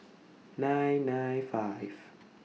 nine nine five